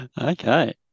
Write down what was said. Okay